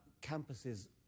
campuses